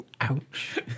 Ouch